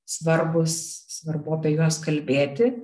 svarbūs svarbu apie juos kalbėti